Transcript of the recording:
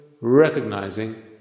recognizing